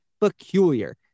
peculiar